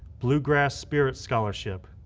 bluegrass spirit scholarship.